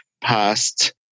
past